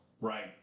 Right